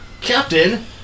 Captain